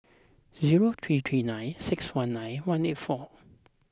zero three three nine six one nine one eight four